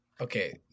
okay